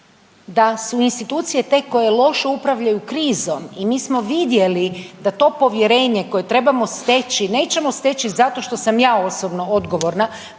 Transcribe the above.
da su institucije te koje loše upravljaju krizom i mi smo vidjeli da to povjerenje koje trebamo steći, nećemo steći zato što sam ja osobno odgovorna,